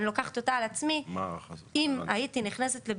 הערכה על מה?